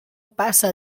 passa